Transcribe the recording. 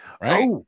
Right